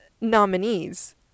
nominees